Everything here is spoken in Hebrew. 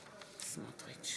אזולאי,